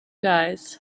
guys